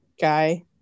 guy